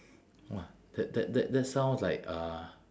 !wah! that that that that sounds like uh